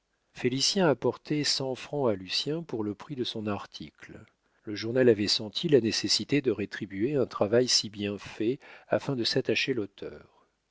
félicien apportait cent francs à lucien pour le prix de son article le journal avait senti la nécessité de rétribuer un travail si bien fait afin de s'attacher l'auteur